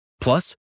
Plus